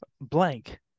Blank